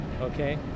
Okay